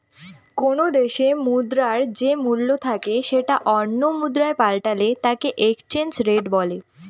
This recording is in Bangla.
কোনো দেশে মুদ্রার যে মূল্য থাকে সেটা অন্য মুদ্রায় পাল্টালে তাকে এক্সচেঞ্জ রেট বলে